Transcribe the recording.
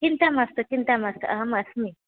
चिन्ता मास्तु चिन्ता मास्तु अहमस्मि